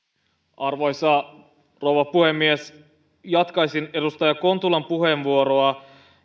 arvoisa rouva puhemies jatkaisin edustaja kontulan puheenvuoroa